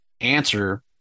answer